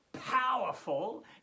powerful